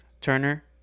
Turner